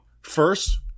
first